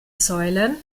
säulen